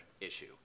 issue